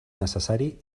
necessari